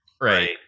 Right